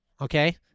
okay